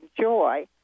joy